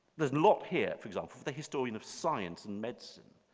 there's lot here, for example, the historian of science and medicine